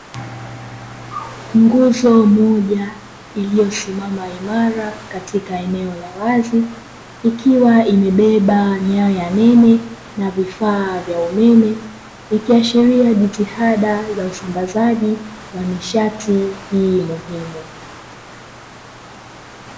Nguzo moja iliyosimama imara katika eneo la wazi, ikiwa imebeba nyaya nene na vifaa vya umeme, ikiashiria jitihada za usambazaji wa nishati hii muhimu.